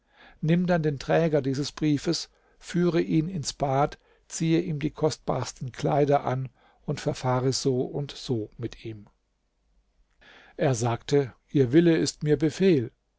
nimm dann den träger dieses briefes führe ihn ins bad ziehe ihm die kostbarsten kleider an und verfahre so und so mit ihm er sagte ihr wille ist mir befehl